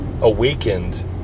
awakened